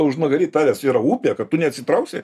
užnugary tavęs yra upė kad tu neatsitrauksi